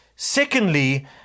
Secondly